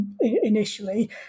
initially